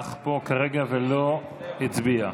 שנוכח פה כרגע ולא הצביע?